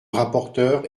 rapporteur